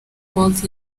miss